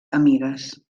amigues